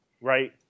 right